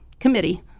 committee